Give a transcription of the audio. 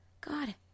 God